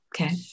Okay